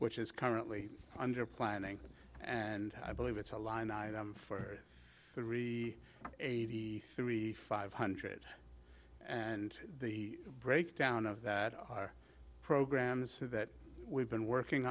which is currently under planning and i believe it's a line item for the re a three five hundred and the breakdown of the programs that we've been working